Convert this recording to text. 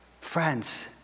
Friends